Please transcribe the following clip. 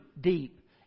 deep